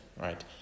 Right